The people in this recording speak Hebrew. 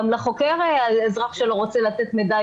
גם לחוקר אזרח שלא רוצה לתת מידע,